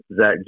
Zach